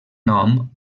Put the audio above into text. nom